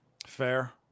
Fair